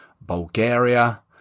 Bulgaria